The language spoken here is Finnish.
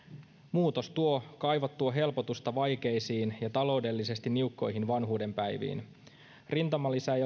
muutos tuo kaivattua helpotusta vaikeisiin ja taloudellisesti niukkoihin vanhuudenpäiviin rintamalisä ei